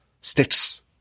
sticks